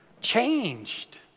changed